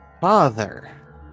Father